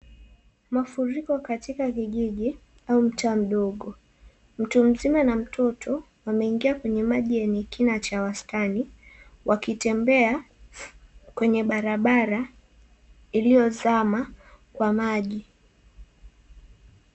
Mafuriko katika kijiji au mtaa mdogo. Mtu mzima na mtoto wameingia kwenye maji yenye kina cha wastani wakitembea kwenye barabara iliyozama kwa maji.